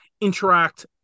interact